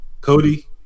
Cody